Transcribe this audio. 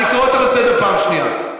אני קורא אותך לסדר פעם שנייה.